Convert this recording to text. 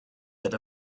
that